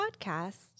podcast